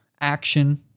action